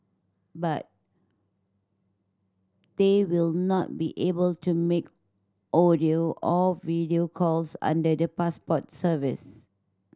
but they will not be able to make audio or video calls under the passport service